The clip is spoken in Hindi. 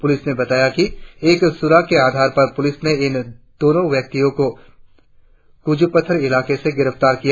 पुलिस ने बताया कि एक सुराग के आधार पर पुलिस ने इन दोनो व्यक्तियों को कुजुपत्थर इलाके से गिरफ्तार किया